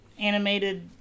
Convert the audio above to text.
animated